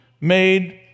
made